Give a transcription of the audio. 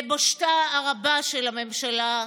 לבושתה הרבה של הממשלה,